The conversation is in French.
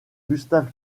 gustave